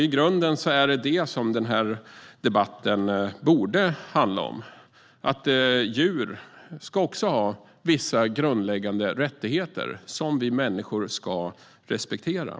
I grunden är det detta som den här debatten borde handla om - att djur också ska ha vissa grundläggande rättigheter som vi människor ska respektera.